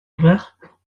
ouverts